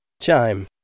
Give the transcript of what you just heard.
Chime